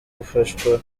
gufashwa